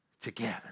together